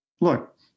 look